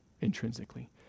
intrinsically